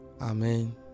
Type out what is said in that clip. Amen